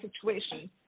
situation